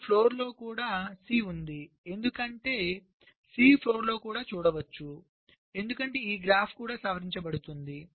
ఇప్పుడు ఫ్లోర్లో కూడా C ఉంది ఎందుకంటే C ఫ్లోర్లో కూడా చూడవచ్చు ఎందుకంటే ఈ గ్రాఫ్ కూడా సవరించబడుతుంది